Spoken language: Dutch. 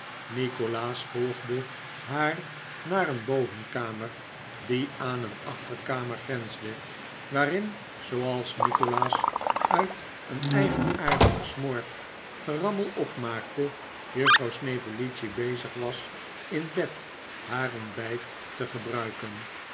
nikolaas volgde haar naar een bovenkamer die aan een achterkamer grensde waarin zooals nikolaas uit een eigenaardig gesmoord gerammel opmaakte juffrouw snevellicci bezig was in bed haar ontbijt te gebruiken